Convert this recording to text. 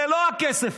זה לא רק הכסף.